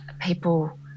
people